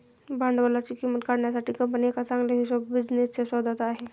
भांडवलाची किंमत काढण्यासाठी कंपनी एका चांगल्या हिशोबनीसच्या शोधात आहे